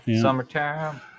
Summertime